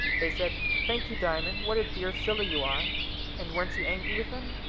they said thank you, diamond. what a dear silly you are and weren't you angry with them?